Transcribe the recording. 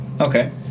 Okay